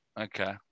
Okay